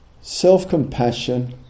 self-compassion